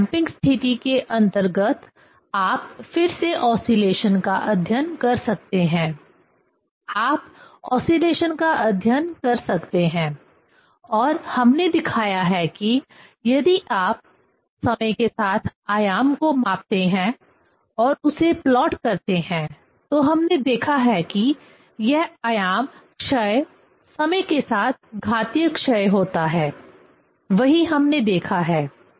इस डैंपिंग स्थिति के अंतर्गत आप फिर से ओसीलेशन का अध्ययन कर सकते हैं आप ओसीलेशन का अध्ययन कर सकते हैं और हमने दिखाया है कि यदि आप समय के साथ आयाम को मापते हैं और उसे प्लॉट करते हैं तो हमने देखा है कि यह आयाम क्षय समय के साथ घातीय क्षय होता है वही हमने देखा है